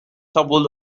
toppled